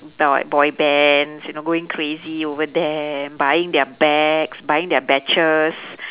boy bands you know going crazy over them buying their bags buying their badges